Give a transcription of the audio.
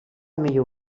millor